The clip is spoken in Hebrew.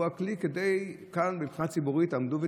הוא הכלי כדי שכאן מבחינה ציבורית תעמדו,